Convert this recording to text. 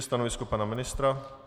Stanovisko pana ministra?